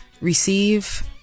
receive